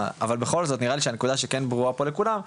אבל בכל זאת נראה לי שהנקודה שכן ברורה פה לכולם,